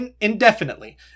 indefinitely